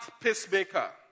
pacemaker